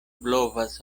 blovas